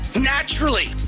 naturally